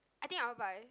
I think I want buy